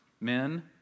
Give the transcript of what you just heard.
men